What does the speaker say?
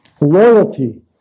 loyalty